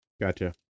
Gotcha